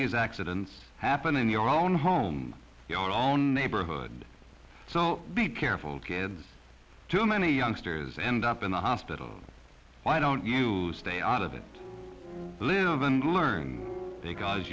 these accidents happen in your own home your own neighborhood so be careful kids too many youngsters end up in the hospital why don't you stay out of it live and learn because